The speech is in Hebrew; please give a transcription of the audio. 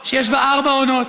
שיש בה ארבע עונות,